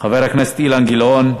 חבר הכנסת אילן גילאון,